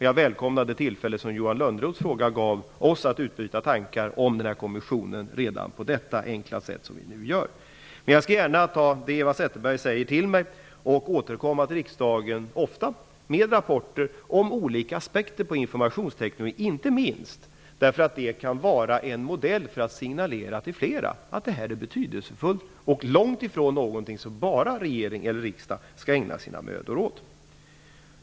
Jag välkomnar det tillfälle som Johan Lönnroths fråga gav oss att utbyta tankar om den här kommissionen redan på detta enkla sätt. Jag skall gärna ta till mig det Eva Zetterberg säger och ofta återkomma till riksdagen med rapporter om olika aspekter på informationsteknologin, inte minst därför att det kan vara en modell för att signalera till flera att detta är betydelsefullt och långt ifrån något som bara regering och riksdag skall ägna sina mödor åt.